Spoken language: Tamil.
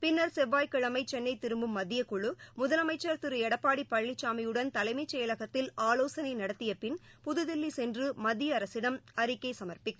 பின்னர் செவ்வாய்கிழமைசென்னைதிரும்பும் மத்திய குழு முதலமைச்சர் திருஎடப்பாடிபழனிசாமியுடன் தலைமைசெயலகத்தில் ஆலோசனைநடத்தியபின் புதுதில்லிசென்றுமத்தியஅரசிடம் அறிக்கைசம்ப்பிக்கும்